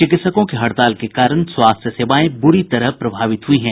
चिकित्सकों की हड़ताल के कारण स्वास्थ्य सेवाएं ब्री तरह प्रभावित हुयी हैं